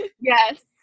Yes